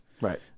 right